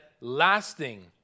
lasting